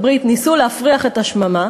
של ארצות-הברית ניסו להפריח את השממה,